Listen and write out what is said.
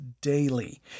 daily